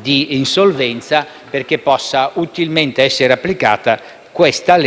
di insolvenza, affinché possa utilmente essere applicata questa norma